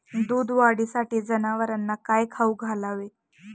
दूध वाढीसाठी जनावरांना काय खाऊ घालावे?